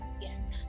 yes